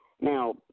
Now